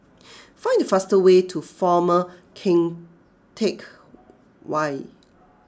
find the fastest way to Former Keng Teck Whay